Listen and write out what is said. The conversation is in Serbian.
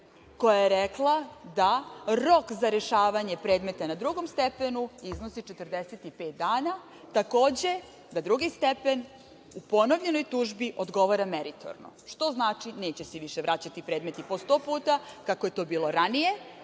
koja je rekla da rok za rešavanje predmeta na drugom stepenu iznosi 45 dana. Takođe, da drugi stepen u ponovljenoj tužbi odgovara meritorno, što znači da neće se više vraćati predmeti po sto puta, kako je to bilo ranije,